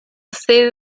sede